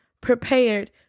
prepared